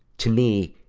to me,